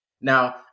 Now